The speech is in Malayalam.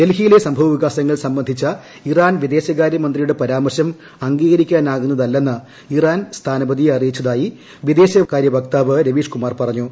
ഡൽഹിയിലെ സംഭവവികാസങ്ങൾ സംബന്ധിച്ച ഇറാൻ വിദേശകാര്യ മന്ത്രിയുടെ പരാമർശം അംഗീകരിക്കാനാകുന്നതല്ലെന്ന് ഇറാൻ സ്ഥാനപതിയെ അറിയിച്ചതായി വിദേശകാര്യ വക്താവ് രവീഷ് കുമാർ പറഞ്ഞു